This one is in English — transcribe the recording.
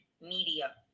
media